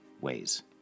Ways